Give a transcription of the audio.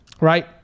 right